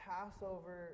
Passover